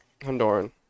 Honduran